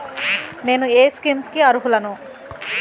నేను ఏ స్కీమ్స్ కి అరుహులను?